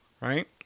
Right